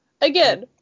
Again